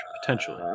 potentially